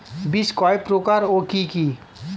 বীজ কয় প্রকার ও কি কি?